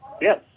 yes